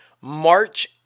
March